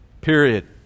period